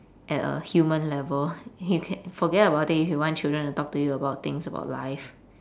at a human level you can forget about it if you want children to talk to you about things about life